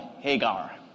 Hagar